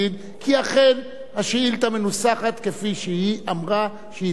כי אכן השאילתא מנוסחת כפי שהיא אמרה שהיא התכוונה,